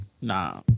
Nah